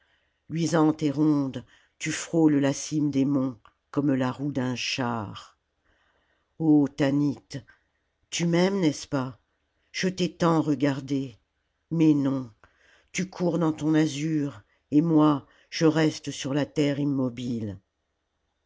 luisante et ronde tu frôles la cime des monts comme la roue d'un char o tanit tu m'aimes n'est-ce pas je t'ai tant regardée mais non tu cours dans ton azur et moi je reste sur la terre immobile